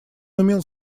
умел